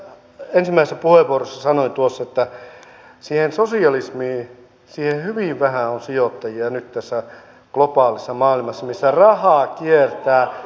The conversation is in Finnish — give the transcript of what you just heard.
ja niin kuin ensimmäisessä puheenvuorossa sanoin tuossa siihen sosialismiin hyvin vähän on sijoittajia nyt tässä globaalissa maailmassa missä raha kiertää